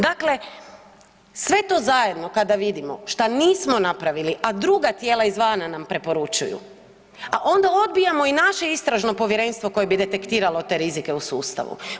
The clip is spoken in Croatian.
Dakle, sve to zajedno kada vidimo šta nismo napravili, a druga tijela izvana nam preporučuju, a onda odbijamo i naše istražno povjerenstvo koje bi detektiralo te rizike u sustavu.